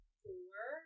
four